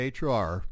HR